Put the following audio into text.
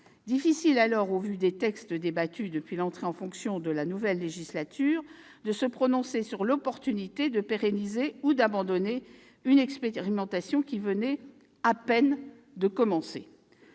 difficile, au vu des textes débattus depuis le début de la nouvelle législature, de se prononcer sur l'opportunité de pérenniser ou d'abandonner une expérimentation qui venait à peine de commencer.